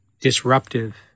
disruptive